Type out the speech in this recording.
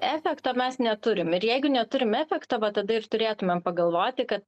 efekto mes neturim ir jeigu neturim efekto va tada ir turėtumėm pagalvoti kad